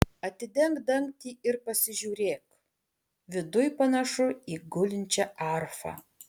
atidenk dangtį ir pasižiūrėk viduj panašu į gulinčią arfą